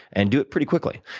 and do it pretty quickly.